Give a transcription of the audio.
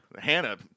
Hannah